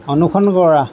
অনুসৰণ কৰা